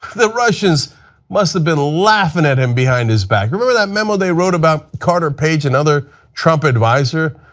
the russians must have been laughing at him behind his back. remember that memo they wrote about carter page, another trump advisor?